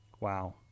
Wow